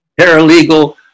paralegal